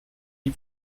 die